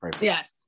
yes